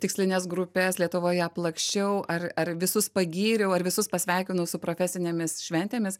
tikslines grupes lietuvoje aplaksčiau ar ar visus pagyriau ar visus pasveikinau su profesinėmis šventėmis